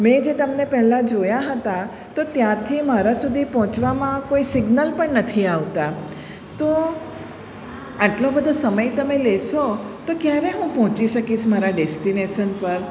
મેં જે તમને પહેલાં જોયા હતા તો ત્યાંથી મારા સુધી પહોંચવામાં કોઈ સિગ્નલ પણ નથી આવતા તો આટલો બધો સમય તમે લેશો તો ક્યારે હું પહોંચી શકીશ મારા ડેસ્ટિનેસન પર